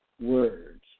words